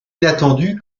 inattendu